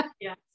Yes